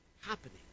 happening